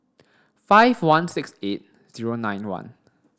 five one six eight zero nine one